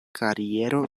kariero